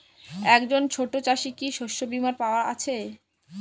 একজন ছোট চাষি কি শস্যবিমার পাওয়ার আছে?